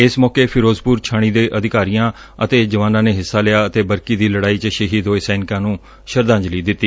ਇਸ ਮੌਕੇ ਫਿਰੋਜ਼ਪੁਰ ਛਾਉਣੀ ਦੇ ਅਧਿਕਾਰੀਆਂ ਅਤੇ ਜਵਾਨਾਂ ਨੇ ਹਿੱਸਾ ਲਿਆ ਅਤੇ ਬਰਕੀ ਦੀ ਲੜਾਈ ਚ ਸ਼ਹੀਦ ਹੋਏ ਸੈਨਿਕਾਂ ਨੁੰ ਸ਼ਰਧਾਂਜਲੀ ਦਿੱਤੀ